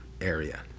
area